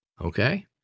Okay